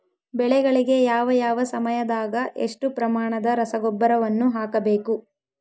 ಬೆಳೆಗಳಿಗೆ ಯಾವ ಯಾವ ಸಮಯದಾಗ ಎಷ್ಟು ಪ್ರಮಾಣದ ರಸಗೊಬ್ಬರವನ್ನು ಹಾಕಬೇಕು?